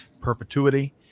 perpetuity